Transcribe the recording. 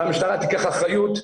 שהמשטרה תיקח אחריות,